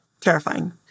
terrifying